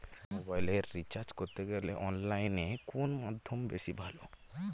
মোবাইলের রিচার্জ করতে গেলে অনলাইনে কোন মাধ্যম বেশি ভালো?